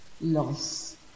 loss